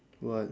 what